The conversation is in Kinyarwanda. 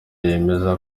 yemeza